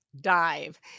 dive